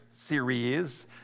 series